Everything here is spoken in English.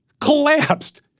collapsed